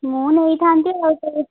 ମୁଁ ନେଇଥାନ୍ତି ଆଉ ସେଇ